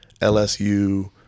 LSU